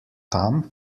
tam